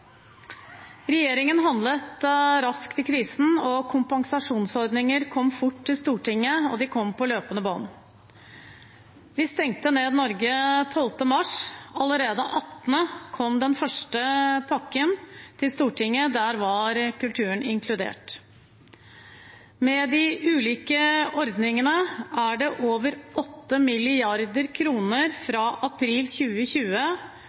Regjeringen handlet raskt i krisen. Kompensasjonsordninger kom fort til Stortinget, og de kom på løpende bånd. Vi stengte ned Norge 12. mars. Allerede 18. mars kom den første pakken til Stortinget. Der var kulturen inkludert. Med de ulike ordningene er det fra april 2020 til mai 2021 over